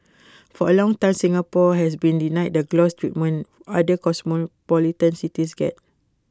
for A long time Singapore has been denied the gloss treatment other cosmopolitan cities get